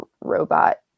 robot